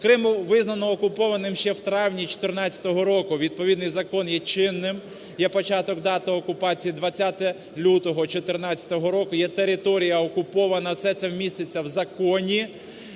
Крим визнано окупованим ще в травні 2014 року, відповідний закон є чинним. Є початок дати окупації – 20 лютого 2014 року, є територія окупована, все це міститься в законі.